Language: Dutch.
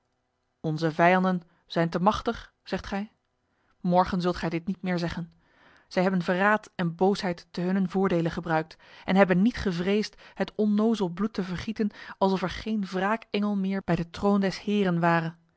onze vijanden zijn te machtig zegt gij morgen zult gij dit niet meer zeggen zij hebben verraad en boosheid te hunnen voordele gebruikt en hebben niet gevreesd het onnozel bloed te vergieten alsof er geen wraakengel meer bij de troon des heren ware